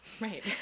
Right